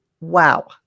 wow